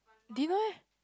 dinner eh